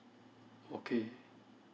okay